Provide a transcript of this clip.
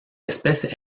espèce